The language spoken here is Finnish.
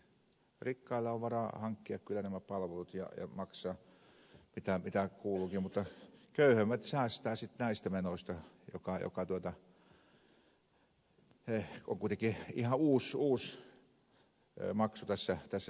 rikkailla on varaa hankkia kyllä nämä palvelut ja maksaa mitä kuuluukin mutta köyhemmät säästävät sitten näistä menoista joka on kuitenkin ihan uusi maksu tässä systeemissä